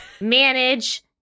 manage